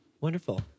Wonderful